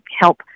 help